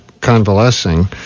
convalescing